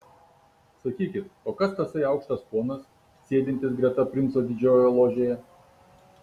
sakykit o kas tasai aukštas ponas sėdintis greta princo didžiojoje ložėje